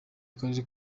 akarere